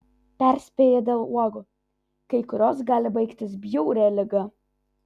perspėja dėl uogų kai kurios gali baigtis bjauria liga